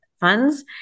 funds